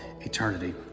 eternity